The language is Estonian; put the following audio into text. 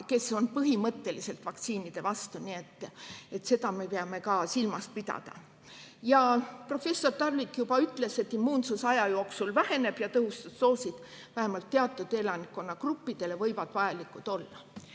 kes on põhimõtteliselt vaktsiinide vastu. Seda me peame ka silmas pidama. Ja professor Talving juba ütles, et immuunsus aja jooksul väheneb ja tõhustusdoosid võivad vähemalt teatud elanikkonnagruppidele vajalikud olla.